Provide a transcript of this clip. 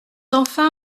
enfin